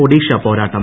ഒഡീഷ പോരാട്ടം